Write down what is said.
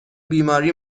بیماری